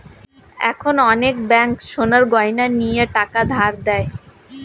এখন অনেক ব্যাঙ্ক সোনার গয়না নিয়ে টাকা ধার দেয়